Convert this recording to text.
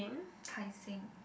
Tai Seng